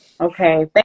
Okay